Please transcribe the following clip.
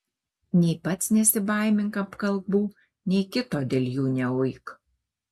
nei pats nesibaimink apkalbų nei kito dėl jų neuik